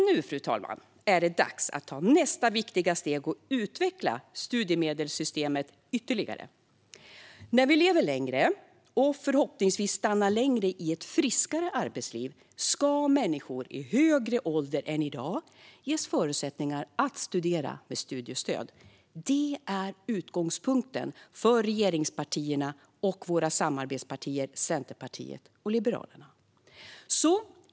Nu, fru talman, är det dags att ta nästa viktiga steg och utveckla studiemedelssystemet ytterligare. När vi lever längre och förhoppningsvis stannar längre i ett friskare arbetsliv ska vi i högre ålder än i dag ges förutsättningar att studera med studiestöd. Det är utgångspunkten för regeringspartierna och våra samarbetspartier Centerpartiet och Liberalerna.